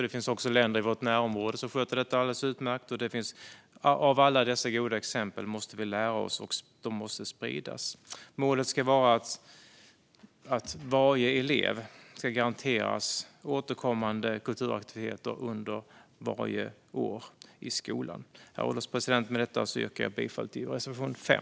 Det finns också länder i vårt närområde som sköter detta alldeles utmärkt. Av alla dessa goda exempel måste vi lära oss, och de måste spridas. Målet ska vara att varje elev ska garanteras återkommande kulturaktiviteter under varje år i skolan. Med detta, herr ålderspresident, yrkar jag bifall till reservation 5.